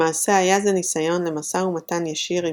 למעשה היה זה ניסיון למשא ומתן ישיר עם